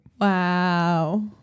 Wow